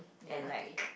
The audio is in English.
and like say no